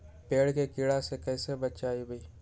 पेड़ के कीड़ा से कैसे बचबई?